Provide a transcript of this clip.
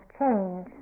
change